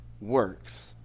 works